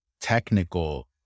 technical